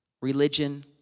Religion